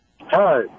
hi